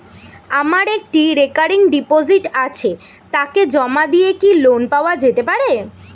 আমার একটি recurring deposit আছে তাকে জমা দিয়ে কি লোন পাওয়া যেতে পারে?